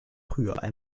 rührei